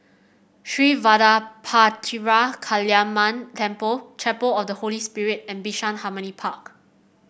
Sri Vadapathira Kaliamman Temple Chapel of the Holy Spirit and Bishan Harmony Park